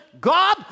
God